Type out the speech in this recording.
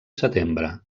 setembre